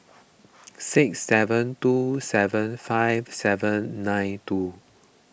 six seven two seven five seven nine two